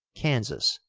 kansas,